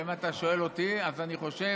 אם אתה שואל אותי, אז אני חושב,